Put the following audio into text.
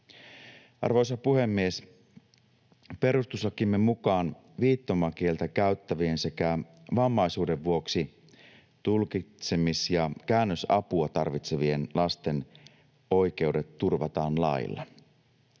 Arvoisa puhemies! Perustuslakimme mukaan viittomakieltä käyttävien sekä vammaisuuden vuoksi tulkitsemis- ja käännösapua tarvitsevien lasten oikeudet turvataan lailla.